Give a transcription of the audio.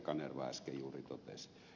kanerva äsken juuri totesi